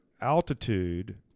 altitude